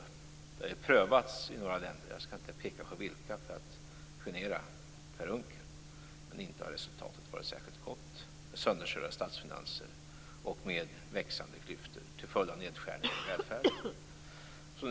Det har prövats i några länder, jag skall inte peka på vilka för att inte genera Per Unckel, men resultatet har inte varit särskilt gott - sönderkörda statsfinanser och växande klyftor till följd av nedskärningar i välfärden.